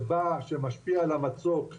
שבא, שמשפיע על המצוק.